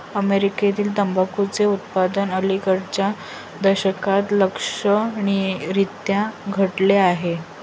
अमेरीकेतील तंबाखूचे उत्पादन अलिकडच्या दशकात लक्षणीयरीत्या घटले आहे